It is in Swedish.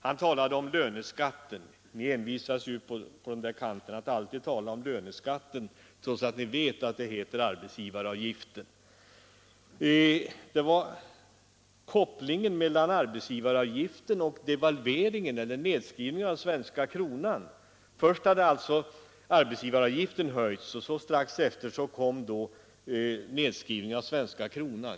Han talade om löneskatten — ni envisas ju på den där kanten med att alltid tala om löneskatten trots att ni vet att det heter arbetsgivaravgiften — och kopplade samman arbetsgivaravgiften med devalveringen eller nedskrivningen av den svenska kronan. Först hade alltså arbetsgivaravgiften höjts och strax efteråt kom nedskrivningen av den svenska kronan.